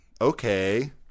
Okay